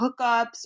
hookups